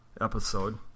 episode